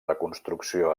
reconstrucció